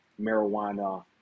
marijuana